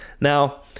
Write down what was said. Now